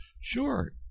Sure